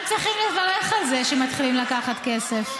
כולם צריכים לברך על זה שמתחילים לקחת כסף.